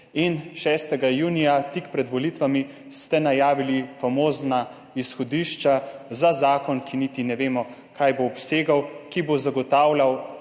in 6. junija tik pred volitvami ste najavili famozna izhodišča za zakon, ki niti ne vemo, kaj bo obsegal, ki bo zagotavljal